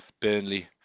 Burnley